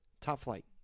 Top-flight